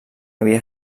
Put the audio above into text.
havia